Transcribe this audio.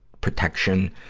protection,